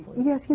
yes. you